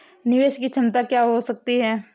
निवेश की क्षमता क्या हो सकती है?